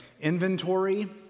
inventory